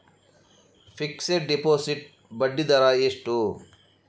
Fixed deposit ಬಡ್ಡಿ ದರ ಎಷ್ಟು?